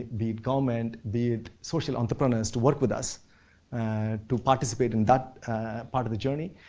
be it government, be it social entrepreneurs, to work with us to participate in that part of the journey.